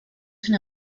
sin